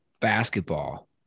basketball